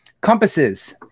compasses